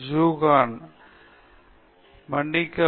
ஜீஷான் மன்னிக்கவும்